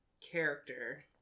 character